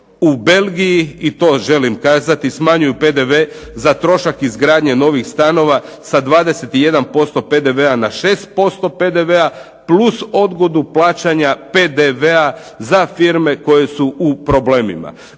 U Belgiji, i to želim kazati, smanjuju PDV za trošak izgradnje novih stanova sa 21% PDV-a na 6% PDV plus odgodu plaćanja PDV-a za firme koje su u problemima.